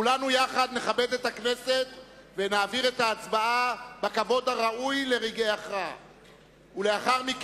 כולנו יחד נכבד את הכנסת ונעביר את ההצבעה בכבוד הראוי לרגעי הכרעה.